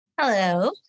Hello